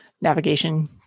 navigation